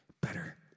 better